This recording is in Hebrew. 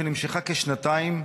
היא נמשכה כשנתיים,